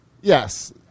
Yes